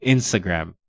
Instagram